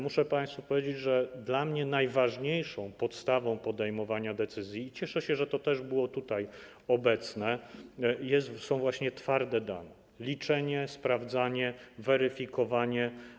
Muszę państwu powiedzieć, że dla mnie najważniejsze przy podejmowaniu decyzji - cieszę się, że tutaj też było to obecne - są właśnie twarde dane - liczenie, sprawdzanie, weryfikowanie.